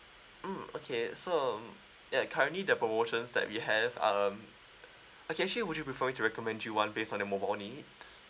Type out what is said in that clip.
um okay so um yeah currently the promotions that we have um okay actually would you prefer me to recommend you one based on your mobile needs